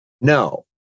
No